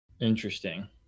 interesting